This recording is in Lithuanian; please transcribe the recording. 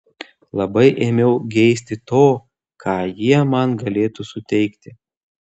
labai ėmiau geisti to ką jie man galėtų suteikti